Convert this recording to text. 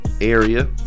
area